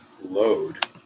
load